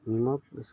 নিমখ বেচোঁ